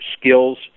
skills